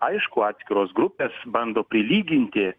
aišku atskiros grupės bando prilyginti